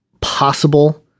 possible